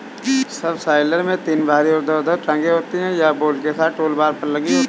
subsoiler में तीन भारी ऊर्ध्वाधर टांगें होती हैं, यह बोल्ट के साथ टूलबार पर लगी होती हैं